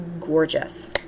gorgeous